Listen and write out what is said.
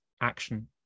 action